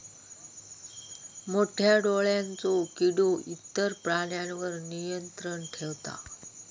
मोठ्या डोळ्यांचो किडो इतर प्राण्यांवर नियंत्रण ठेवता